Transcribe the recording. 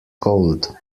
cold